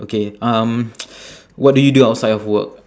okay um what do you do outside of work